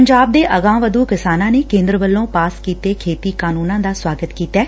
ਪੰਜਾਬ ਦੇ ਅਗਾਂਹਵਧੁ ਕਿਸਾਨਾਂ ਨੇ ਕੇਂਦਰ ਵੱਲੋਂ ਪਾਸ ਕੀਤੇ ਖੇਤੀ ਕਾਨੂੰਨਾਂ ਦਾ ਸੁਆਗਤ ਕੀਤੈ